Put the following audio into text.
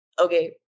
okay